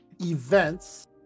events